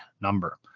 number